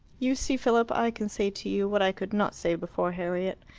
you see, philip, i can say to you what i could not say before harriet.